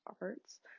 arts